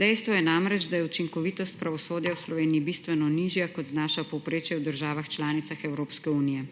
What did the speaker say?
Dejstvo je namreč, da je učinkovitost pravosodja v Sloveniji bistveno nižja, kot znaša povprečje v državah članicah Evropske unije.